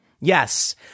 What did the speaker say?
Yes